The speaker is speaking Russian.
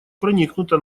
проникнута